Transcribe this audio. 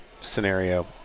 scenario